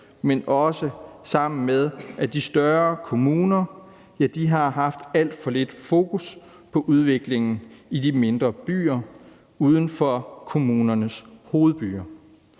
også sammen med, at de større kommuner har haft alt for lidt fokus på udviklingen i de mindre byer uden for kommunernes hovedbyer.